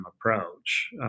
approach